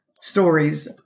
stories